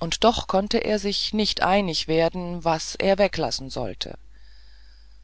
und doch konnte er nicht mit sich einig werden was er weglassen sollte